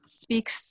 speaks